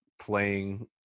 playing